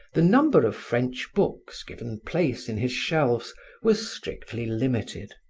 the number of french books given place in his shelves was strictly limited.